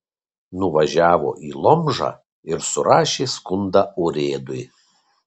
nuvažiavo į lomžą ir surašė skundą urėdui